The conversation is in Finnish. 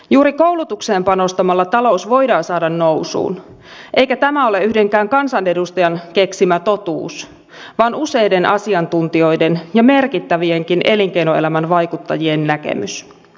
juuri koulutukseen panostamalla talous voidaan saada nousuun eikä tämä ole yhdenkään kansanedustajan keksimä totuus vaan useiden asiantuntijoiden ja merkittävienkin elinkeinoelämän vaikuttajien näkemys